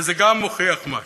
וגם זה מוכיח משהו.